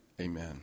Amen